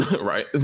right